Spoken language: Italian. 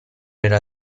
era